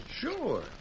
Sure